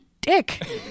dick